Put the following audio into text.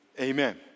Amen